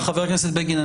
חבר הכנסת בגין,